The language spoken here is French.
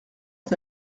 est